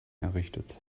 errichtet